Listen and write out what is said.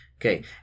Okay